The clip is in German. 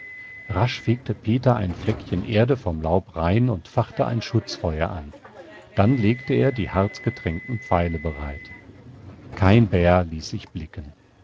rasch fegte peter ein fleckchen erde vom laub rein und fachte ein schutzfeuer an dann legte er die harzgetränkten pfeile bereit kein bär ließ sich blicken